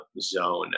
zone